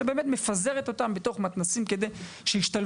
אלא מפזרת אותם בתוך מתנ"סים כדי שישתלבו